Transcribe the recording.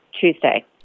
Tuesday